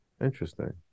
Interesting